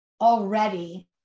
already